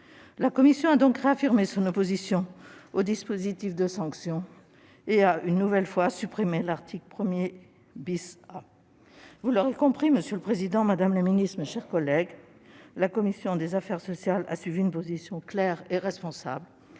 La commission a donc réaffirmé son opposition au dispositif de sanctions et a, une nouvelle fois, supprimé l'article 1 A. Vous l'aurez compris, monsieur le président, madame la ministre, mes chers collègues, la commission des affaires sociales a suivi une position claire et responsable